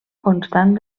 constant